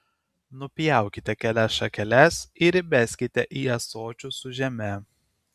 nupjaukite kelias šakeles ir įbeskite į ąsočius su žeme